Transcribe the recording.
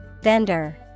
Vendor